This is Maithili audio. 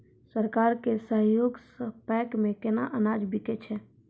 सरकार के सहयोग सऽ पैक्स मे केना अनाज बिकै छै?